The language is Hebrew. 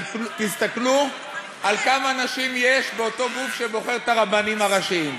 תסתכלו כמה נשים יש באותו גוף שבוחר את הרבנים הראשיים.